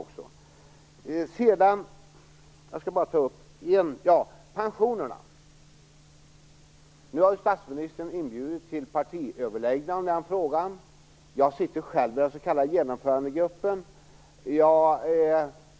Fredrik Reinfeldt nämner pensionerna. Nu har statsministern inbjudit till partiöverläggningar i den frågan. Jag sitter själv i den s.k. Genomförandegruppen.